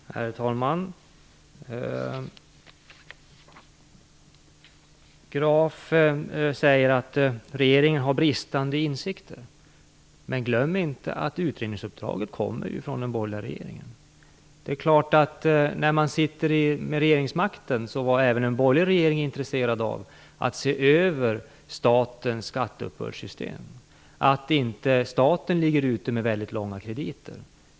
Herr talman! Carl Fredrik Graf säger att regeringen har bristande insikter. Men glöm inte att utredningsuppdraget ju kommer från den borgerliga regeringen. När man satt vid regeringsmakten var även den borgerliga regeringen intresserad av att se över statens skatteuppbördssystem så att inte staten skulle ligga ute med väldigt långa krediter.